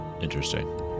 Interesting